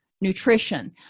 nutrition